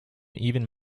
even